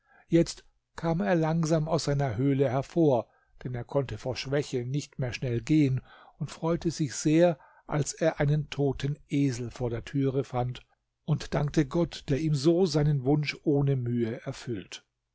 jetzt kam er langsam aus seiner höhle hervor denn er konnte vor schwäche nicht mehr schnell gehen und freute sich sehr als er einen toten esel vor der türe fand und dankte gott der ihm so seinen wunsch ohne mühe erfüllt